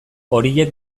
horiek